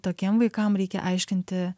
tokiem vaikam reikia aiškinti